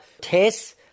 taste